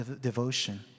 devotion